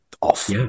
off